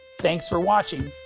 thanks for watching.